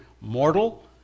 mortal